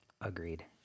Agreed